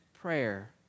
prayer